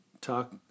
talk